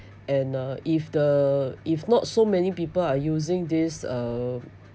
and uh if the if not so many people are using this uh